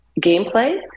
gameplay